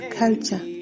culture